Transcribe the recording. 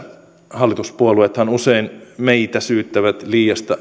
hallituspuolueethan usein meitä syyttävät liian